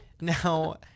now